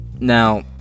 now